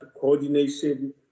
coordination